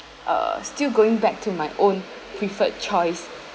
uh still going back to my own preferred choice